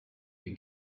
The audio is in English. you